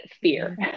fear